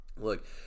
Look